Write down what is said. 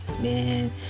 man